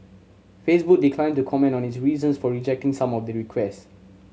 Facebook declined to comment on its reasons for rejecting some of the request